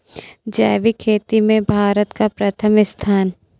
जैविक खेती में भारत का प्रथम स्थान